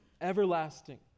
everlasting